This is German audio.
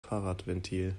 fahrradventil